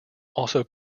also